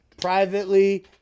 privately